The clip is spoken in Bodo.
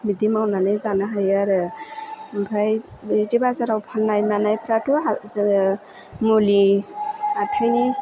बिदि मावनानै जानो हायो आरो ओमफ्राय बिदि बाजाराव फान्नाय मानायफ्राथ' हा जो मुलि हाथायनि